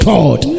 God